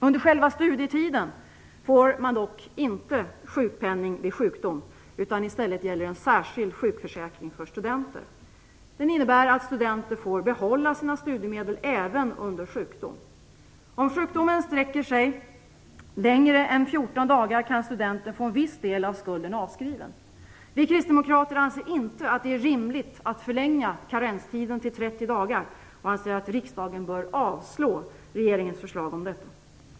Under själva studietiden får man dock inte sjukpenning vid sjukdom, i stället gäller en särskild sjukförsäkring för studenter. Den innebär att studenten får behålla sina studiemedel även under sjukdom. Om sjukdomen sträcker sig längre än 14 dagar kan studenten få en viss del av skulden avskriven. Vi kristdemokrater anser inte att det är rimligt att förlänga karenstiden till 30 dagar och anser att riksdagen bör avslå regeringens förslag om detta.